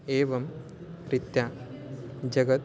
एवं रीत्या जगत्